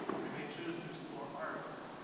or, you may choose to explore art,